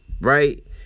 Right